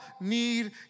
need